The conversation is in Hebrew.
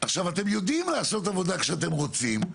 אתם יודעים לעשות עבודה כשאתם רוצים,